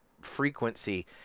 frequency